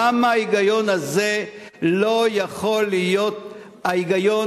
למה ההיגיון הזה לא יכול להיות ההיגיון